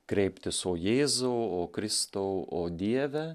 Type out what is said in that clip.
kreiptis o jėzau o kristau o dieve